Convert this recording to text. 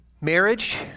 Marriage